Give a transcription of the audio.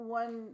one